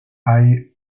hay